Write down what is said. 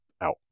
out